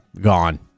Gone